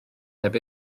heb